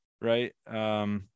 right